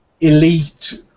elite